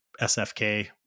SFK